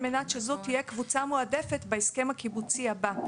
על מנת שזו תהיה קבוצה ממועדפת בהסכם הקיבוצי הבא.